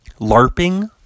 LARPing